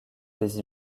des